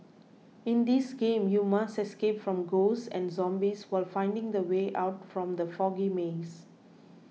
in this game you must escape from ghosts and zombies while finding the way out from the foggy maze